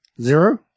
Zero